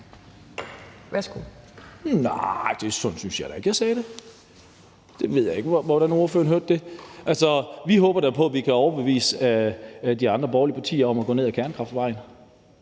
(NB): Nja, sådan synes jeg da ikke jeg sagde det. Jeg ved ikke, hvordan ordføreren hørte det. Vi håber da på, at vi kan overbevise de andre borgerlige partier om at gå ned ad kernekraftsvejen